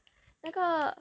那个